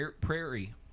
Prairie